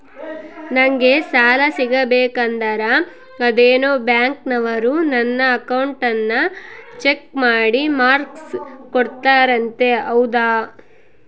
ನಂಗೆ ಸಾಲ ಸಿಗಬೇಕಂದರ ಅದೇನೋ ಬ್ಯಾಂಕನವರು ನನ್ನ ಅಕೌಂಟನ್ನ ಚೆಕ್ ಮಾಡಿ ಮಾರ್ಕ್ಸ್ ಕೋಡ್ತಾರಂತೆ ಹೌದಾ?